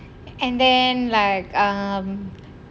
and then like um